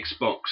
Xbox